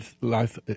life